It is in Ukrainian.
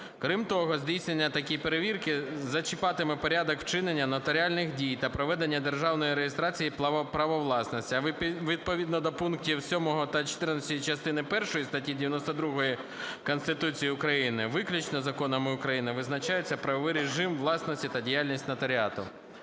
Крім того, здійснення такої перевірки зачіпатиме порядок вчинення нотаріальних дій та проведення державної реєстрації права власності. А відповідно до пунктів 7 та 14 частини першої статті 92 Конституції України виключно законами України визначається правовий режим власності та діяльність нотаріату.